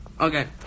Okay